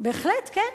בהחלט כן,